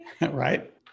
Right